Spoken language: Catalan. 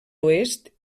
oest